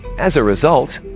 as a result,